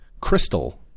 crystal